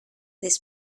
this